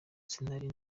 sinari